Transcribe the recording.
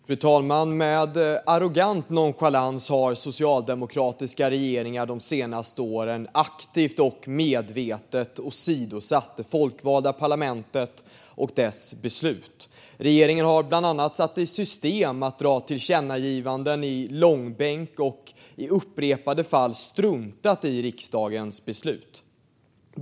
Fru talman! Med arrogant nonchalans har socialdemokratiska regeringar de senaste åren aktivt och medvetet åsidosatt det folkvalda parlamentet och dess beslut. Regeringen har bland annat satt i system att dra tillkännagivanden i långbänk och i upprepade fall struntat i riksdagens beslut.